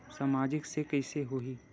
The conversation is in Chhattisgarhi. सामाजिक से कइसे होही?